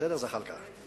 בסדר, זחאלקה?